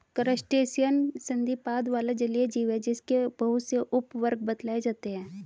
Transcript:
crustacean संधिपाद वाला जलीय जीव है जिसके बहुत से उपवर्ग बतलाए जाते हैं